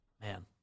man